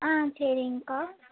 ஆ சரிங்க அக்கா